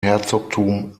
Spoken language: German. herzogtum